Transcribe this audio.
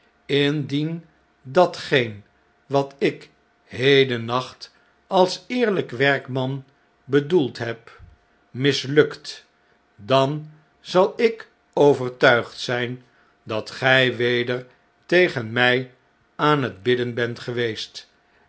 mdien datgeen wat ik hedennacht als eerlijk werkman bedoeld heb mislukt dan zal ik overtuigd zijn dat gij weder tegen mij aan t bidden bent geweest